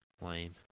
Lame